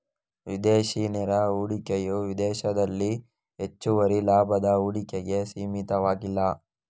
ವಿದೇಶಿ ನೇರ ಹೂಡಿಕೆಯು ವಿದೇಶದಲ್ಲಿ ಹೆಚ್ಚುವರಿ ಲಾಭದ ಹೂಡಿಕೆಗೆ ಸೀಮಿತವಾಗಿಲ್ಲ